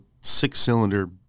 six-cylinder